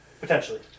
Potentially